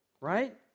right